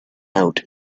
out